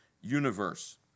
universe